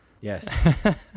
Yes